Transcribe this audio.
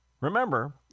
Remember